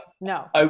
no